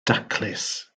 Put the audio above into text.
daclus